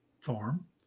farm